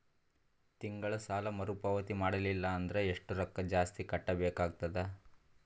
ತಿಂಗಳ ಸಾಲಾ ಮರು ಪಾವತಿ ಮಾಡಲಿಲ್ಲ ಅಂದರ ಎಷ್ಟ ರೊಕ್ಕ ಜಾಸ್ತಿ ಕಟ್ಟಬೇಕಾಗತದ?